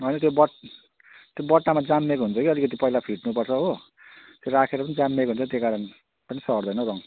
होइन त्यो बट्टामा जाम्मिएको हुन्छ कि अलिकति पहिला फिट्नु पर्छ हो राखेर पनि जाम्मिएको हुन्छ त्यही कारण नि सर्दैन हो रङ